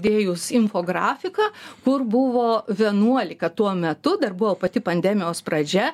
dėjus infografiką kur buvo vienuolika tuo metu dar buvo pati pandemijos pradžia